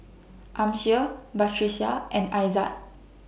Amsyar Batrisya and Aizat